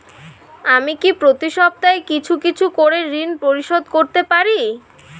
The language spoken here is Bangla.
আমি কি প্রতি সপ্তাহে কিছু কিছু করে ঋন পরিশোধ করতে পারি?